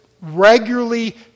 regularly